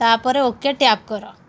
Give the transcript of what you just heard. ତା'ପରେ okay tap କର